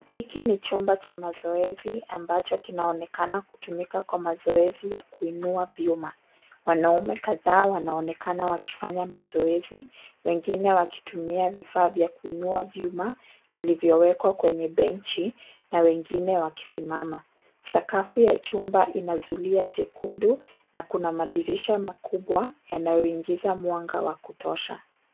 Hiki ni chumba cha mazoezi ambacho kinaonekana kutumika kwa mazoezi ya kuinua vyuma. Wanaume kadhaa wanaonekana wakifanya mazoezi wengine wakitumia vifaa vya kuinua vyuma vilivyowekwa kwenye benchi na wengine wakisimama. Sakafu ya chumba ina zulia jekundu na kuna madirisha makubwa yanayoingiza mwanga wa kutosha.